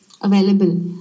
available